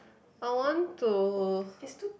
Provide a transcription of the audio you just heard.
I want to